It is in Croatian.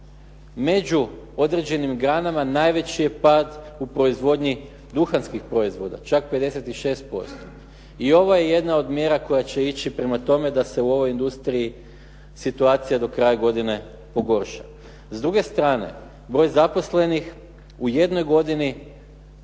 Među određenim granama najveći je pad u proizvodnji duhanskih proizvoda, čak 56% i ovo je jedna od mjera koja će ići prema tome da se u ovoj industriji situacija do kraja godine pogorša. S druge strane, broj zaposlenih u jednoj godini